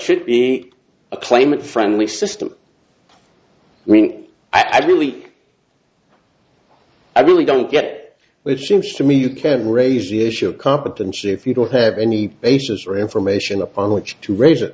should be a claimant friendly system meaning i really i really don't get it which seems to me you can raise the issue of competence if you don't have any basis or information upon which to raise it